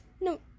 No